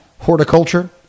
horticulture